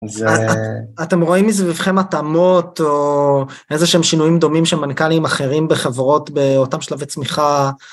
אתם רואים מסביבכם התאמות או איזה שהם שינויים דומים שמנכ"לים אחרים בחברות באותם שלבי צמיחה?